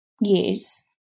Yes